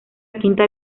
quinta